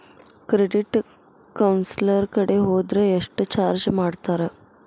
Credit counsellor ಕಡೆ ಹೊದ್ರ ಯೆಷ್ಟ್ ಚಾರ್ಜ್ ಮಾಡ್ತಾರ?